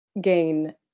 gain